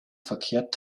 verkehrt